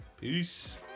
Peace